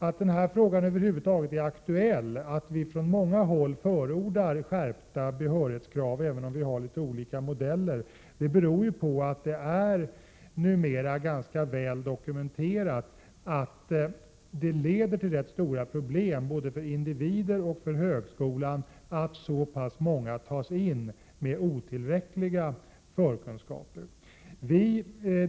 Att den här frågan över huvud taget är aktuell — att vi från många håll förordar skärpta behörighetskrav, även om vi har litet olika modeller — beror ju på att det numera är ganska väl dokumenterat att det uppstår rätt stora problem, både för individer och för högskolan, genom att så många tas in med otillräckliga förkunskaper.